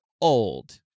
old